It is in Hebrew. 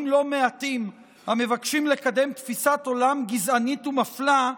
לא מעטים המבקשים לקדם תפיסת עולם גזענית ומפלה,